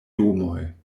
domoj